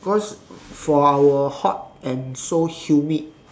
cause for our hot and so humid